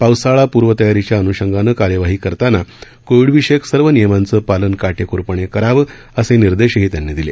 पावसाळा पूर्व तयारीच्या अनृषंगानं कार्यवाही करताना कोविड विषयक सर्व नियमांचं पालन काटेकोरपणे करावं असे निर्देशही त्यांनी दिले